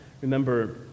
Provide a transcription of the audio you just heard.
remember